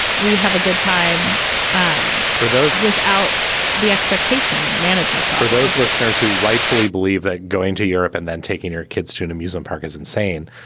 we have a good time um for those without the expectation management for those listeners who rightfully believe that going to europe and then taking her kids to an amusement park is insane.